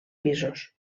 pisos